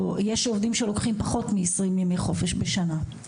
יש עובדים שלוקחים פחות מ-20 ימי חופשה בשנה.